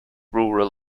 rural